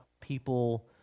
people